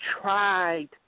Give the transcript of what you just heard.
tried